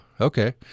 okay